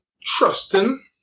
trusting